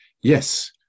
yes